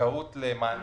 הזכאות למענקים,